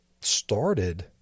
started